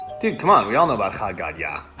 dude, come on, we all know about had gadya.